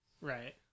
Right